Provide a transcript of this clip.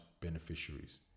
beneficiaries